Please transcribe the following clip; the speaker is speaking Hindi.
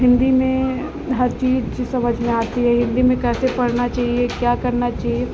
हिन्दी में हर चीज़ समझ में आती है हिन्दी में कैसे पढ़ना चहिए क्या करना चहिए